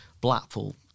Blackpool